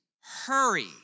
hurry